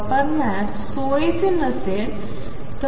वापरण्यास सोईचे नसेल